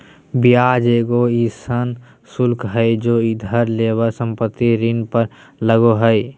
ब्याज एगो अइसन शुल्क हइ जे उधार लेवल संपत्ति ऋण पर लगो हइ